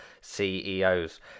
CEOs